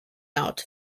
out